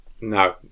no